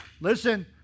Listen